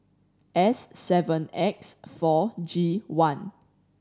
S seven X four G one